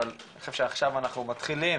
אבל אני חושב שעכשיו אנחנו מתחילים,